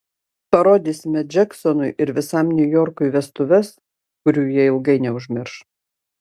parodysime džeksonui ir visam niujorkui vestuves kurių jie ilgai neužmirš